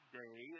day